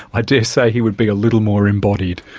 i daresay he would be a little more embodied.